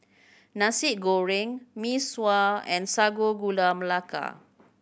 Nasi Goreng Mee Sua and Sago Gula Melaka